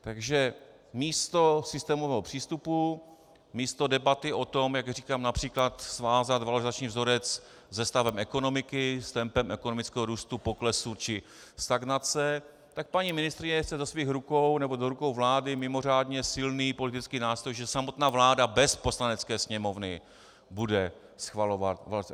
Takže místo systémového přístupu, místo debaty o tom, jak říkám, například svázat valorizační vzorec se stavem ekonomiky, s tempem ekonomického růstu, poklesu či stagnace, tak paní ministryně chce do svých rukou nebo do rukou vlády mimořádně silný politický nástroj, že samotná vláda bez Poslanecké sněmovny bude schvalovat valorizace.